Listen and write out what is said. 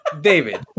david